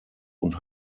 und